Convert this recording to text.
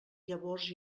llavors